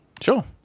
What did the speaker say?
Sure